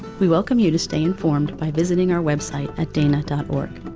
we welcome you to stay informed by visiting our website at dana org.